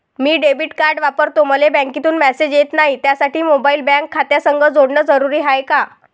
मी debit card वापरतो मले बँकेतून मॅसेज येत नाही, त्यासाठी मोबाईल बँक खात्यासंग जोडनं जरुरी हाय का?